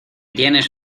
tienes